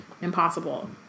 impossible